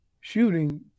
shooting